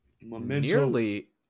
Nearly